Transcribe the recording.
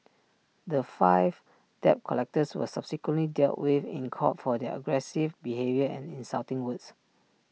the five debt collectors were subsequently dealt with in court for their aggressive behaviour and insulting words